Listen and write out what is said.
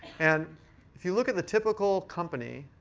and if you look at the typical company,